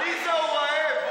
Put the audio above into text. עליזה, הוא רעב.